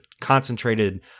concentrated